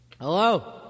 Hello